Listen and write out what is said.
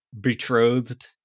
betrothed